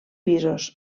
pisos